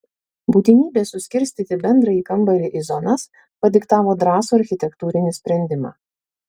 būtinybė suskirstyti bendrąjį kambarį į zonas padiktavo drąsų architektūrinį sprendimą